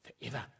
forever